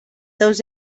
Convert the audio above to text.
seus